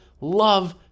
love